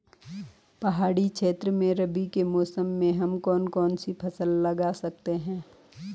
पहाड़ी क्षेत्रों में रबी के मौसम में हम कौन कौन सी फसल लगा सकते हैं?